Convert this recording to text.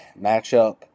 matchup